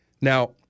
Now